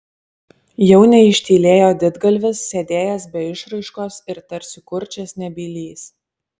jau neištylėjo didgalvis sėdėjęs be išraiškos ir tarsi kurčias nebylys